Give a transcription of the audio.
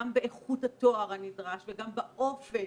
גם באיכות התואר הנדרש וגם באופן